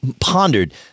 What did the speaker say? pondered